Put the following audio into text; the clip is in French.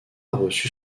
reçu